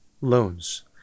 loans